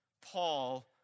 Paul